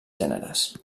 gèneres